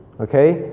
Okay